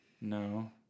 No